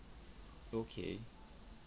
okay